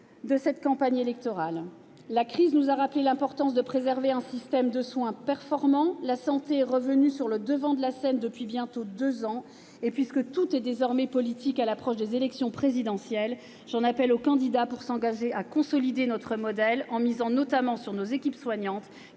de cette campagne électorale. La crise nous a rappelé l'importance de préserver un système de soins performant. La santé est revenue sur le devant de la scène depuis bientôt deux ans. Et, puisque tout est désormais politique à l'approche de l'élection présidentielle, j'en appelle aux candidats pour qu'ils s'engagent à consolider notre modèle en misant notamment sur nos équipes soignantes,